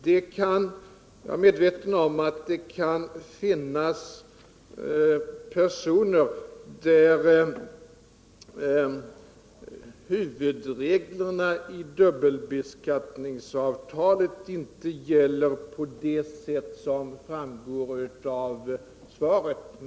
Jag är medveten om att det kan finnas personer för vilka huvudreglerna i dubbelbeskattningsavtalet inte gäller på det sätt som framgår av mitt svar.